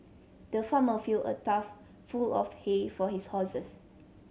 the farmer filled a trough full of hay for his horses